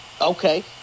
Okay